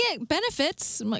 benefits